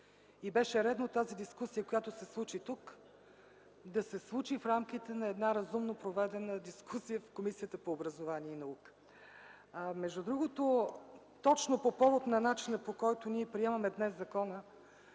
И беше редно тази дискусия, която се случи тук, да се случи в рамките на една разумно проведена дискусия в Комисията по образованието и науката. Между другото, точно по повод на начина, по който приемаме днес закона,